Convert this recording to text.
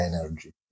energy